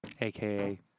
AKA